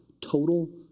Total